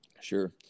Sure